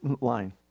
line